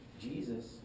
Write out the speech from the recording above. Jesus